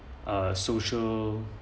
uh social